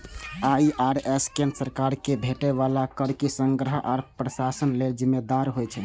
IRS केंद्र सरकार कें भेटै बला कर के संग्रहण आ प्रशासन लेल जिम्मेदार होइ छै